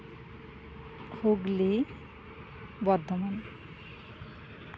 Hooghly Bardhaman